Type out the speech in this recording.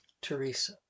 Teresa